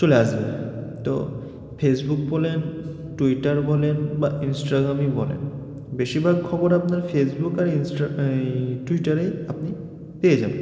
চলে আসবে তো ফেসবুক বলেন টুইটার বলেন বা ইনস্টাগ্রামই বলেন বেশিরভাগ খবর আপনার ফেসবুক আর ইনস্টা টুইটারেই আপনি পেয়ে যাবেন